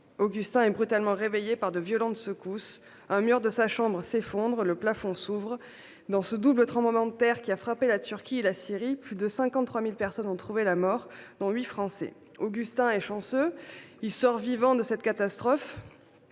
Augustin est brutalement réveillé par de violentes secousses. Un mur de sa chambre s'effondre, le plafond s'ouvre. Dans ce double tremblement de terre qui a frappé la Turquie et la Syrie, plus de 53 000 personnes ont trouvé la mort, dont 8 Français. Augustin est chanceux, il sort vivant de cette catastrophe.